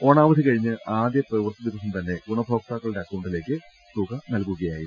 ഓണാവധി കഴിഞ്ഞ് ആദ്യ പ്രവൃത്തി ദിവസം തന്നെ ഗുണ ഭോക്താക്കളുടെ അക്കൌണ്ടിലേക്ക് തുക നൽകുകയായിരുന്നു